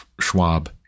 Schwab